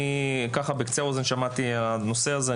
בקצה האוזן שמעתי את הנושא זה,